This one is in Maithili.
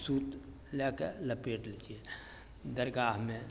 सूत लएके लपेट दै छियै दरगाहमे